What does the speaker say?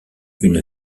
une